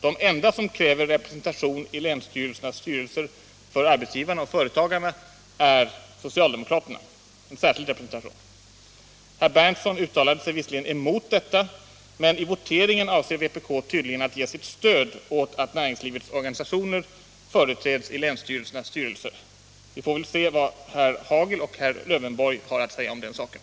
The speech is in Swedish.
De enda som kräver särskild representation i länsstyrelsernas styrelser för arbetsgivarna och företagarna är socialdemokraterna. Herr Berndtson uttalade sig visserligen emot detta, men i voteringen avser vpk tydligen att ge sitt stöd åt att näringslivets organisationer företräds i länsstyrelsernas styrelser. Vi får väl se vad herr Hagel och herr Lövenborg har att säga om den saken.